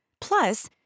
Plus